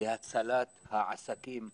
להצלת העסקים בכלל,